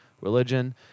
religion